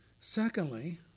Secondly